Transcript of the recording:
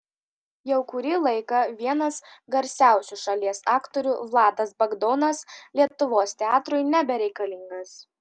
jau kurį laiką vienas garsiausių šalies aktorių vladas bagdonas lietuvos teatrui nebereikalingas